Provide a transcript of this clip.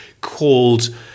called